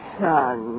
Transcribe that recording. son